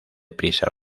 prisa